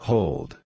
Hold